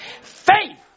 Faith